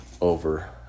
over